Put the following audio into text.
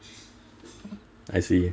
I see